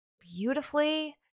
beautifully